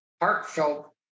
heartfelt